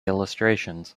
illustrations